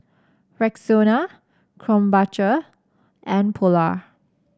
Rexona Krombacher and Polar